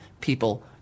people